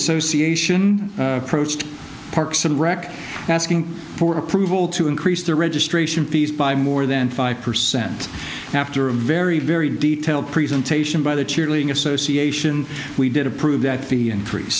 association approached parks and rec asking for approval to increase their registration fees by more than five percent after a very very detailed presentation by the cheerleading association we did approve that fee increase